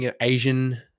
asian